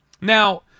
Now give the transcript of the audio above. Now